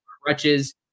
crutches